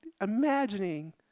imagining